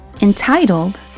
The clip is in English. entitled